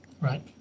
Right